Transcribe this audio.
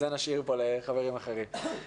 את זה נשאיר פה לחברים אחרים.